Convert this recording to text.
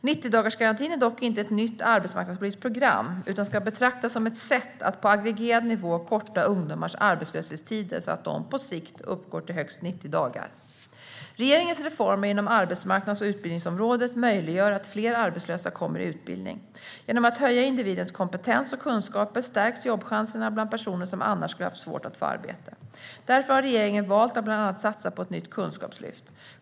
90-dagarsgarantin är dock inte ett nytt arbetsmarknadspolitiskt program utan ska betraktas som ett sätt att på aggregerad nivå korta ungdomars arbetslöshetstider så att de på sikt uppgår till högst 90 dagar. Regeringens reformer inom arbetsmarknads och utbildningsområdet möjliggör att fler arbetslösa kommer i utbildning. Genom att höja individens kompetens och kunskaper stärks jobbchanserna bland personer som annars skulle haft svårt att få arbete. Därför har regeringen valt att bland annat satsa på ett nytt kunskapslyft.